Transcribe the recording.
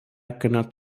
cannot